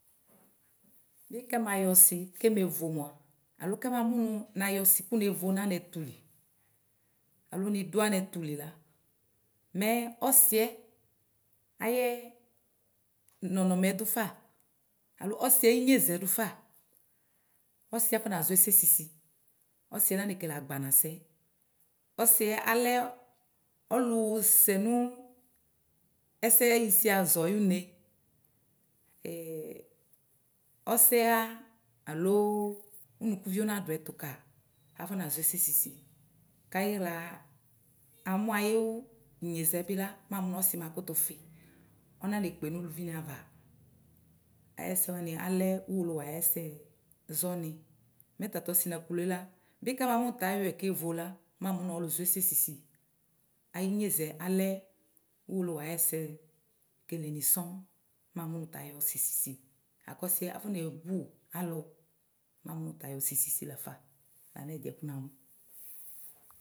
Bɩ ̈kɛbayɔ keme vo mʋa alo kɛba mʋ nʋ nevo nʋ anɛtʋlɩ alo nɩdʋ anʋɛtʋ lila mɛ ɔsɩɛ ayɛ nɔnɔmɛ kɔdʋfa alo ɔsɩɛ ayinyezɛ dʋfa ɔsɩɛ akɔnazɔ ɛsɛ sisi ɔsɩɛ nane kele agbanasɛ ɔsiɛ ɔlɛ ɔlʋsɛ nʋ ɛsɛ sisi ayʋ ʋne ɔsɛɣa alo ʋnʋkʋvio nadʋ ɛtʋ ka. Akana zɔ ɛsɛ sisi kayiɣla amʋ ayinyezɛ bila ɔnane kpe nʋ ʋlʋvɩ ni ava ayiɛsɛ ɔlɛ ʋwolowʋ ayɛsɛ zɔnɩ. Mɛ tatʋ ɔsɩnakʋlʋe la bi kɛbamʋ nʋ tayɔ kevo la mamʋ nʋ ɔlʋzɔ ɛsɛ sisi, ayinyezɛ alɛ ʋwolowʋ ayɛsɛ keleni sɔŋ mɛ amʋnʋ tayɔ ɔsi sisi mɛ akɔnebʋ alʋ mɛ akɔnebʋ alʋ mɛ tala nʋ ɛdiɛ kʋ namʋ.